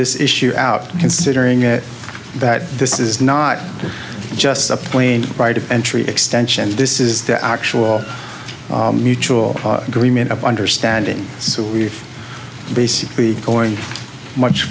this issue out considering that this is not just a plain right of entry extension this is the actual mutual agreement of understanding so we're basically going much